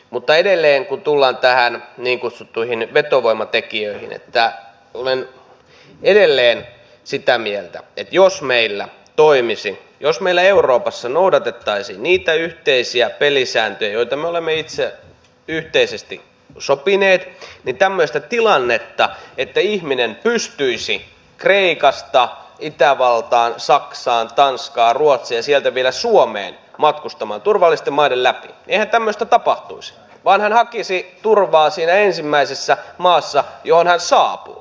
mutta edelleen kun tullaan niin kutsuttuihin vetovoimatekijöihin olen edelleen sitä mieltä että jos meillä meillä euroopassa noudatettaisiin niitä yhteisiä pelisääntöjä joita me olemme itse yhteisesti sopineet niin eihän tämmöistä tilannetta että ihminen pystyisi kreikasta itävaltaan saksaan tanskaan ruotsiin ja sieltä vielä suomeen matkustamaan turvallisten maiden läpi tapahtuisi vaan hän hakisi turvaa siinä ensimmäisessä maassa johon hän saapuu